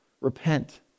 Repent